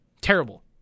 Terrible